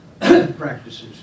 practices